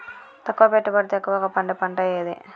తక్కువ పెట్టుబడితో ఎక్కువగా పండే పంట ఏది?